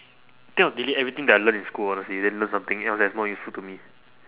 think I'll delete everything that I learnt in school honestly then learn something else that's more useful to me